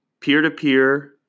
peer-to-peer